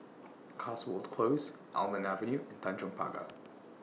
Cotswold Close Almond Avenue and Tanjong Pagar